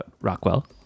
Rockwell